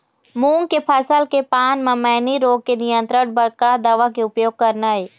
मूंग के फसल के पान म मैनी रोग के नियंत्रण बर का दवा के उपयोग करना ये?